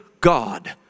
God